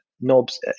knobs